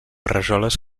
rajoles